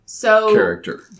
character